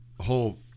whole